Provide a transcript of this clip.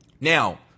Now